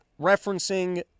referencing